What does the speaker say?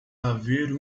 haver